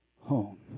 home